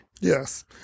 Yes